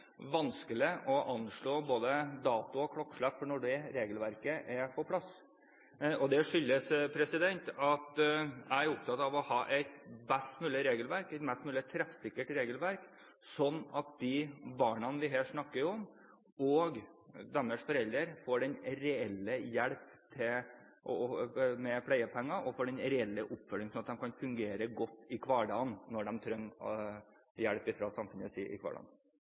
vanskelig å anslå både dato og klokkeslett for når dette regelverket er på plass. Det skyldes at jeg er opptatt av å ha et best mulig regelverk, et mest mulig treffsikkert regelverk, slik at de barna vi her snakker om, og deres foreldre, får den reelle hjelp med pleiepenger og får den reelle oppfølgingen, slik at de kan fungere godt når de trenger hjelp fra samfunnets side i hverdagen.